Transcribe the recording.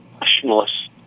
nationalists